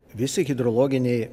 visi hidrologiniai